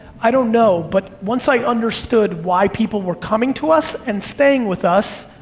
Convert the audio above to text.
i don't know, but once i understood why people were coming to us and staying with us,